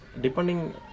depending